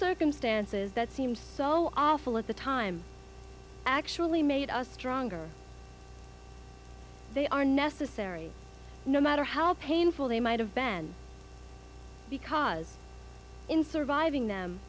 circumstances that seem so awful at the time actually made us stronger they are necessary no matter how painful they might have banned because in surviving them